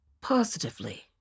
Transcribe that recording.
positively